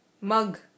Mug